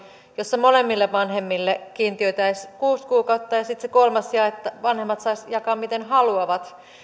jossa molemmille vanhemmille kiintiöitäisiin kuusi kuukautta ja sitten sen kolmannen vanhemmat saisivat jakaa miten haluavat